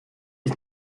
ist